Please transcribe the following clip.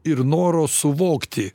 ir noro suvokti